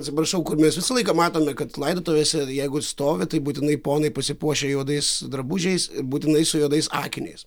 atsiprašau kur mes visą laiką matome kad laidotuvėse jeigu stovi tai būtinai ponai pasipuošę juodais drabužiais būtinai su juodais akiniais